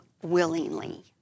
Willingly